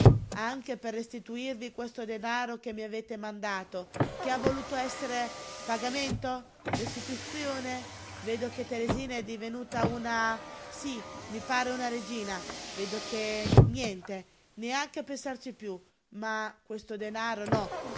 anche per restituirvi questo denaro che mi avete mandato che ha voluto essere pagamento restituzione vedo che teresina è divenuta una sí mi pare una regina vedo che niente neanche a pensarci piú ma questo denaro no